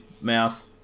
mouth